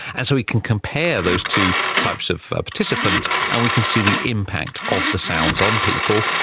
and so we could compare those two types of ah participant and we could see the impact of the sounds on people,